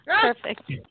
Perfect